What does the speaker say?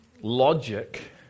logic